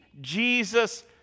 Jesus